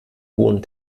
hohen